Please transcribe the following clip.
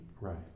Right